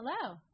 Hello